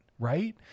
right